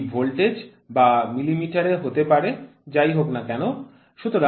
এটি ভোল্টেজ বা মিলিমিটারে হতে পারে যাই হোক না কেন